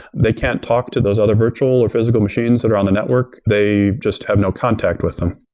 they can't talk to those other virtual, or physical machines that are on the network. they just have no contact with them.